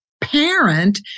parent